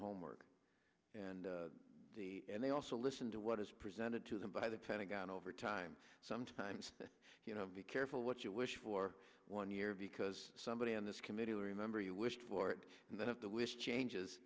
homework and and they also listen to what is presented to them by the pentagon over time sometimes you know be careful what you wish for one year because somebody on this committee remember you wished for it and then of the wish changes